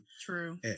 true